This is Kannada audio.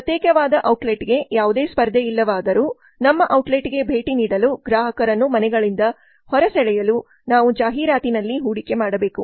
ಪ್ರತ್ಯೇಕವಾದ ಔಟ್ಲೆಟ್ಗೆ ಯಾವುದೇ ಸ್ಪರ್ಧೆಯಿಲ್ಲವಾದರೂ ನಮ್ಮ ಔಟ್ಲೆಟ್ಗೆ ಭೇಟಿ ನೀಡಲು ಗ್ರಾಹಕರನ್ನು ಮನೆಗಳಿಂದ ಹೊರ ಸೆಳೆಯಲು ನಾವು ಜಾಹೀರಾತಿನಲ್ಲಿ ಹೂಡಿಕೆ ಮಾಡಬೇಕು